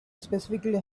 specifically